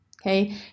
Okay